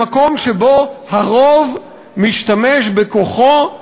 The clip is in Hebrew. במקום שבו הרוב משתמש בכוחו,